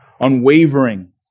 unwavering